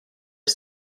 est